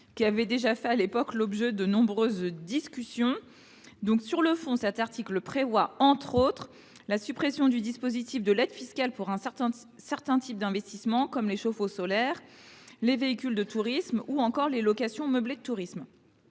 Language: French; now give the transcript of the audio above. qui a fait l’objet de nombreuses discussions. Sur le fond, cet article prévoit notamment la suppression du dispositif de l’aide fiscale pour un certain type d’investissements, comme les chauffe eau solaires, les véhicules de tourisme ou encore les locations meublées de tourisme.